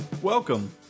Welcome